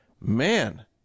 man